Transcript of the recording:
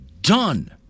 done